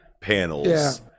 panels